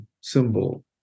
symbol